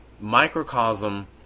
microcosm